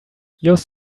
yours